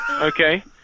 Okay